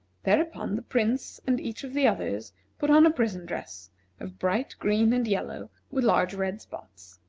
thereupon, the prince and each of the others put on a prison dress of bright green and yellow, with large red spots.